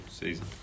season